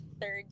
third